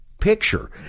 picture